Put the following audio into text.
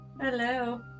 Hello